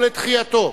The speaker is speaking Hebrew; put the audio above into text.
או לדחייתו.